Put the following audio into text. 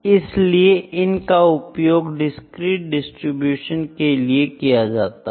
इसलिए इनका उपयोग डिस्क्रीट डिस्ट्रीब्यूशन के लिए किया जाता है